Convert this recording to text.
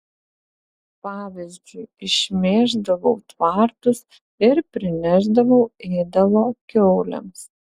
pavyzdžiui išmėždavau tvartus ir prinešdavau ėdalo kiaulėms